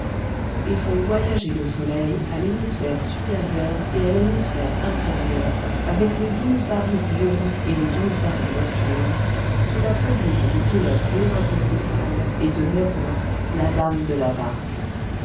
et font voyager le soleil à l'hémisphère supérieur et à l'hémisphère inférieur avec les douze baris diurnes et les douze baris nocturnes sous la conduite du pilote hiéracocéphale et de neb wa la dame de la barque